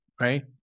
right